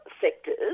sectors